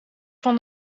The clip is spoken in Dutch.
van